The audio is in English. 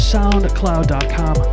SoundCloud.com